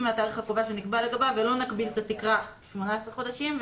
מהתאריך הקובע שנקבע לגביו" ולא נגביל את התקרה 18 חודשים.